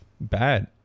bad